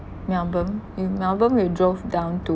melbourne in melbourne you drove down to